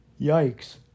yikes